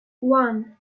one